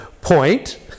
point